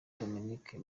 dominique